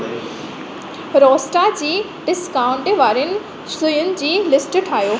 रोस्टा जी डिस्काऊंट वारियुनि शयुनि जी लिस्ट ठाहियो